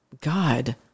God